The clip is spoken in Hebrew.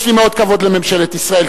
יש לי כבוד לממשלת ישראל.